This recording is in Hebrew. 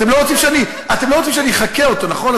אתם לא רוצים שאני אחקה אותו, נכון?